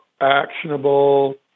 actionable